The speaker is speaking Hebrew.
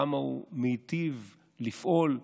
כמה הוא מיטיב לפעול.